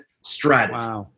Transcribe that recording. strategy